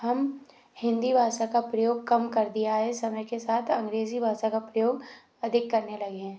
हम हिंदी भाषा का प्रयोग कम कर दिया है समय के साथ अंग्रेजी भाषा का प्रयोग अधिक करने लगे हैं